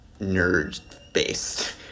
nerd-based